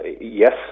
Yes